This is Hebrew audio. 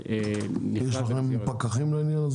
יש לכם שישה פקחים לעניין הזה?